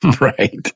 Right